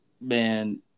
Man